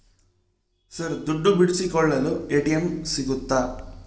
Sir ದುಡ್ಡು ಬಿಡಿಸಿಕೊಳ್ಳಲು ATM ಸಿಗುತ್ತಾ?